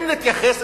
אם נתייחס,